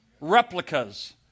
replicas